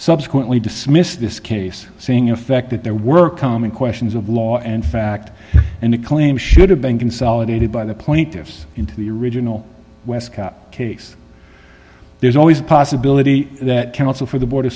subsequently dismissed this case saying in effect that their work common questions of law and fact and a claim should have been consolidated by the plaintiffs into the original wescott case there's always a possibility that counsel for the board of